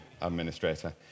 administrator